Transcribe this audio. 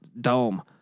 dome